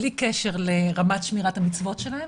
בלי קשר לרמת שמירה ומצוות שלהם,